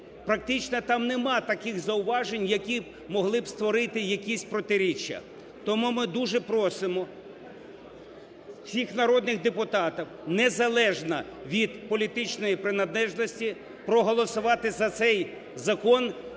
практично там нема таких зауважень, які могли б створити якісь протиріччя. Тому ми дуже просимо всіх народних депутатів, незалежно від політичної приналежності, проголосувати за цей закон